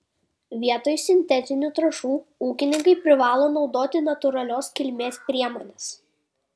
vietoj sintetinių trąšų ūkininkai privalo naudoti natūralios kilmės priemones